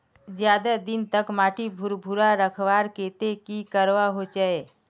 ज्यादा दिन तक माटी भुर्भुरा रखवार केते की करवा होचए?